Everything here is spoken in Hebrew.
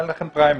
אין לכם פריימריס.